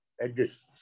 edges